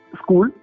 school